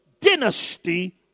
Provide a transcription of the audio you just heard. dynasty